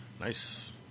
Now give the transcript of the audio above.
Nice